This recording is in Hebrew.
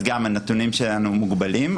אז גם הנתונים שלנו מוגבלים,